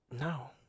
No